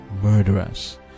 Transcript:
murderers